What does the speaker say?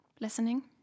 listening